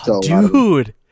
Dude